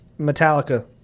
Metallica